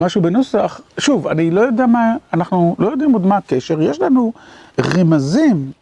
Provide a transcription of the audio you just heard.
משהו בנוסח, שוב, אני לא יודע מה, אנחנו לא יודעים עוד מה הקשר, יש לנו רמזים.